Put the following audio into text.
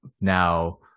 Now